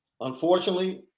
Unfortunately